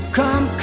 come